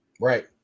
Right